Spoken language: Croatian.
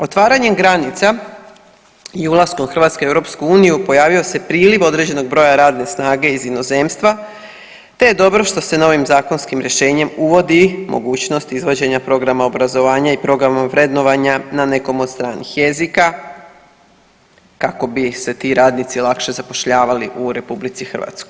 Otvaranjem granica i ulaskom Hrvatske u EU pojavio se priliv određenog broja radne snage iz inozemstva te je dobro što se novim zakonskim rješenjem uvodi mogućnost izvođenja programa obrazovanja i programa vrednovanja na nekom od stranih jezika kako bi se ti radnici lakše zapošljavali u RH.